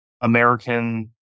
American